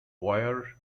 wire